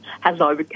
Hello